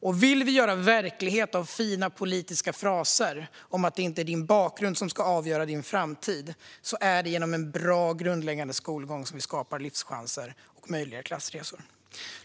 Och vill vi göra verklighet av fina politiska fraser om att det inte är din bakgrund som ska avgöra din framtid är det genom en bra och grundläggande skolgång som vi skapar livschanser och möjliga klassresor.